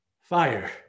fire